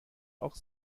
auch